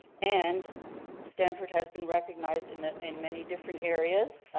and stamford has been recognized in ah in many different areas.